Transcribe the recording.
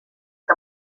que